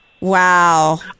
Wow